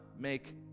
make